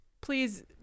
Please